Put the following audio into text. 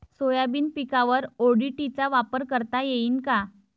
Soybean पिकावर ODT चा वापर करता येईन का?